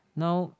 now